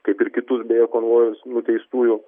kaip ir kitus beje konvojus nuteistųjų